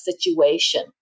situation